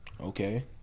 Okay